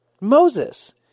Moses